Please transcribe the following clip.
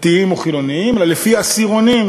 דתיים או חילונים, אלא לפי עשירונים.